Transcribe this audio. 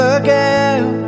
again